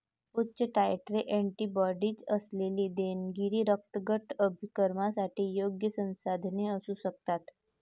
उच्च titre antibodies असलेली देणगी रक्तगट अभिकर्मकांसाठी योग्य संसाधने असू शकतात